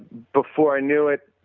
before i knew it,